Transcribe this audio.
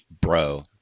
bro